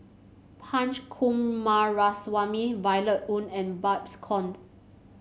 Punch Coomaraswamy Violet Oon and Babes Conde